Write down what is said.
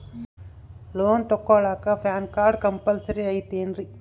Loan ತೊಗೊಳ್ಳಾಕ PAN card compulsory ಐಯ್ತೇನ್ರಿ?